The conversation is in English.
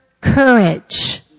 courage